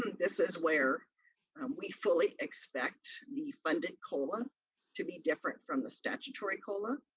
this is where we fully expect the funded cola to be different from the statutory cola.